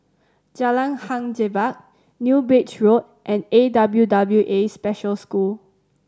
Jalan Hang Jebat New Bridge Road and A W W A Special School